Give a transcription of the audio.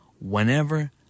whenever